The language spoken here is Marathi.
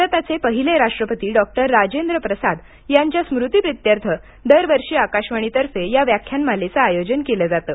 भारताचे पहिले राष्ट्रपती डॉक्टर राजेंद्र प्रसाद यांच्या स्मृतीप्रित्यर्थ दरवर्षी आकाशवाणीतर्फे या व्याख्यानमालेचं आयोजन केलं जातं